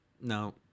No